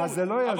אז זה לא יזיק.